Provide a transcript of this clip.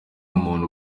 umuntu